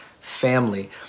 family